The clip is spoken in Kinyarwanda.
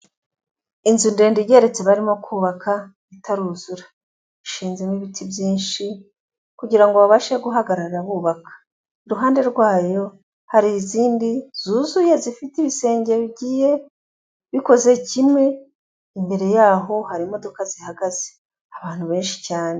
Inzu ndende igeretse baririmo kubak itaruzura, ishinzemo ibiti byinshi, kugira ngo babashe guhagarara bubaka, iruhande rwayo hari izindi zuzuye zifite ibisenge bigiye bikoze kimwe, imbere yaho hari imodoka zihagaze, abantu benshi cyane.